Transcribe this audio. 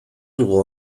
dugu